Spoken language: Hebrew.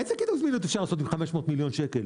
איזה קידום זמינות אפשר לעשות ב-500 מיליון שקל?